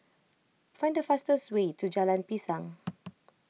find the fastest way to Jalan Pisang